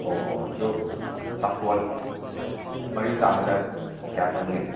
ꯑꯣ ꯑꯣ ꯑꯗꯨ ꯄꯥꯁꯄꯣꯔꯠ ꯃꯔꯤ ꯆꯥꯝꯕꯗ ꯀꯌꯥ ꯆꯪꯒꯦ